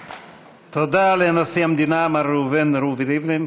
תודה לנשיא המדינה מר ראובן רובי ריבלין.